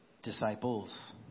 Disciples